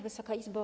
Wysoka Izbo!